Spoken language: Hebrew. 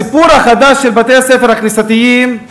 הסיפור החדש של בתי-הספר הכנסייתיים הוא